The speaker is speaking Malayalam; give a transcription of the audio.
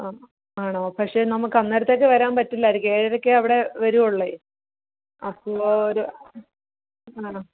ആ ആണോ പക്ഷേ നമുക്ക് അന്നേരത്തേക്ക് വരാൻ പറ്റില്ലായിരിക്കും ഏഴരയ്ക്കെ അവിടെ വരുവുള്ളൂ അപ്പോൾ ഒരു ആ